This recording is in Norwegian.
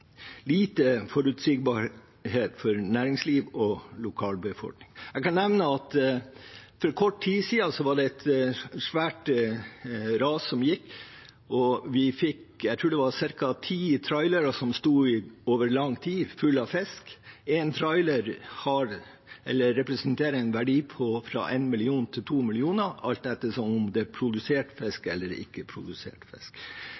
lite forutsigbarhet for næringsliv og lokalbefolkning. Jeg kan nevne at for kort tid siden var det et svært ras som gikk, og jeg tror det var ca. ti trailere som sto over lang tid, fulle av fisk. En trailer representerer en verdi på fra 1 til 2 mill. kr, alt etter om det er produsert fisk